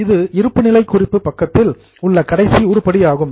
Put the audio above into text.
இது இருப்புநிலை குறிப்பில் பொறுப்பு பக்கத்தில் உள்ள கடைசி உருப்படி ஆகும்